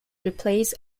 replaced